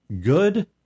good